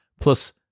plus